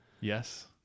Yes